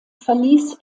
verließ